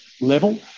level